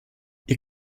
ihr